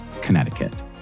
Connecticut